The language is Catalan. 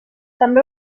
també